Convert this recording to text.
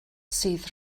sydd